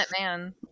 man